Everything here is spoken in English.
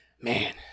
Man